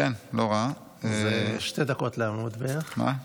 זה שתי דקות לעמוד בערך.